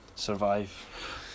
survive